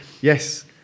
Yes